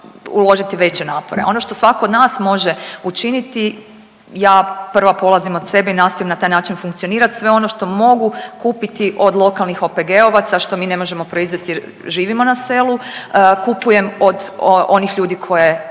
veće napore. A ono što svako od nas može učiniti ja prva polazim od sebe i nastojim na taj način funkcionirati, sve ono što mogu kupiti od lokalnih OPG-ovaca, a što mi ne možemo proizvesti jer živimo na selu kupujem od onih ljudi koje